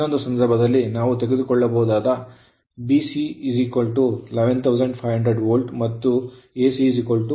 ಇನ್ನೊಂದು ಸಂದರ್ಭದಲ್ಲಿ ನಾವು ತೆಗೆದುಕೊಳ್ಳಬಹುದಾದ BC 11500 ವೋಲ್ಟ್ ಮತ್ತು AC 2300 ವೋಲ್ಟ್